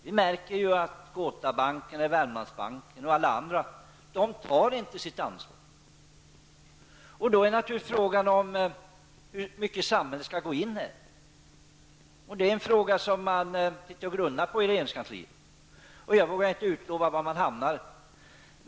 Vi märker att Gotabanken och Värmlandsbanken och alla andra banker inte tar sitt ansvar. Då är frågan: I vilken utsträckning skall samhället gå in? Det är en fråga som man grunnar på i regeringskansliet. Jag vågar inte utlova var man hamnar.